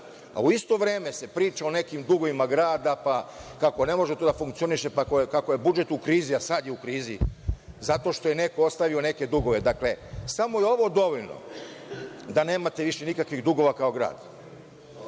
a u isto vreme se priča o nekim dugovima grada, pa kako ne može to da funkcioniše, pa kako je budžet u krizi, a sad je u krizi zato što je neko ostavio neke dugove. Dakle, samo je ovo dovoljno da nemate više nikakvih dugova kao grad.